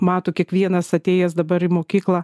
mato kiekvienas atėjęs dabar į mokyklą